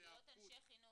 זה להיות אנשי חינוך.